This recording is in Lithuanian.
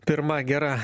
pirma gera